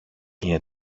είναι